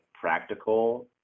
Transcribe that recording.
practical